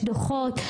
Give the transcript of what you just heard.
דוחות?